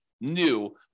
new